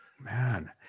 Man